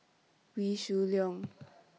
Wee Shoo Leong